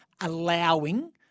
allowing